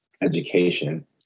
education